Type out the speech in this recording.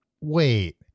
wait